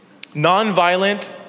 Nonviolent